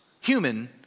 human